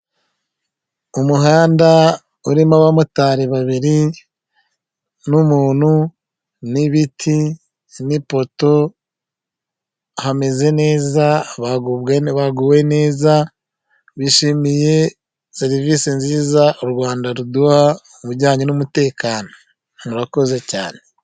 Umuhanda urimo abamotari babiri n'umuntu n'ibiti nipoto hameze neza baguwe neza bishimiye serivisi nziza u Rwanda ruduha mu bijyanye n'umutekano murakoze cyane .